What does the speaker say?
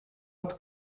ort